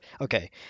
okay